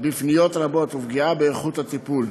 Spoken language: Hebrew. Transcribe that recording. בפניות רבות ופגיעה באיכות הטיפול.